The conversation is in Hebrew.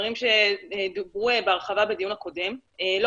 דברים שדוברו בהרחבה בדיון הקודם לא